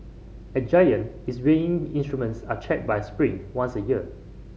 at Giant its weighing instruments are checked by Spring once a year